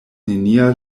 nenia